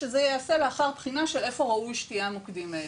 שזה ייעשה לאחר בחינה של איפה ראוי שיהיו המוקדים האלה.